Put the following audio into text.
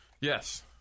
Yes